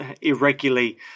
irregularly